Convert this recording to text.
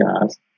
guys